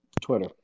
Twitter